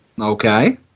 Okay